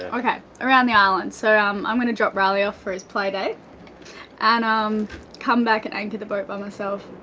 okay around the island, so um i'm gonna drop riley off for his playdate and um come back and anchor the boat by myself